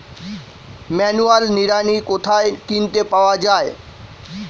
Manual নিড়ানি কোথায় কিনতে পাওয়া যায়?